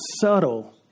subtle